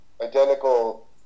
identical